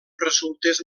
resultés